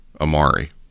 Amari